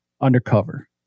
undercover